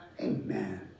Amen